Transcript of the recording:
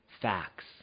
facts